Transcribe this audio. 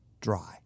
dry